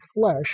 flesh